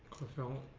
the film